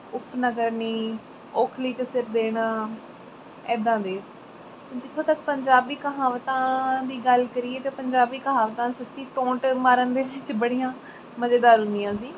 ਉਫ ਨਾ ਕਰਨੀ ਔਖਲੀ 'ਚ ਸਿਰ ਦੇਣਾ ਇੱਦਾਂ ਦੇ ਜਿੱਥੋਂ ਤੱਕ ਪੰਜਾਬੀ ਕਹਾਵਤਾਂ ਦੀ ਗੱਲ ਕਰੀਏ ਤਾਂ ਪੰਜਾਬੀ ਕਹਾਵਤਾਂ ਸੱਚੀ ਟੋਂਟ ਮਾਰਨ ਦੇ ਵਿੱਚ ਬੜੀਆਂ ਮਜ਼ੇਦਾਰ ਹੁੰਦੀਆਂ ਸੀ